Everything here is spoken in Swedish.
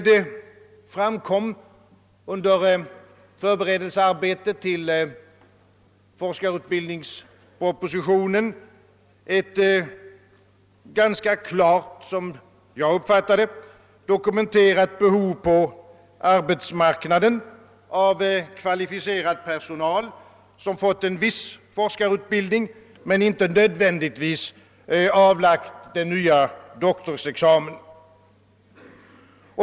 Det framkom under förberedelsearbetet till forskarutbildningspropositionen ett, som jag uppfattade det, ganska klart dokumenterat behov på arbetsmarknaden av kvalificerad personal som fått en viss forskarutbildning men inte nödvändigtvis avlagt den nya doktorsexamen.